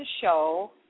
show